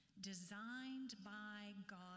designed-by-God